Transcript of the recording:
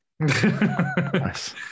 Nice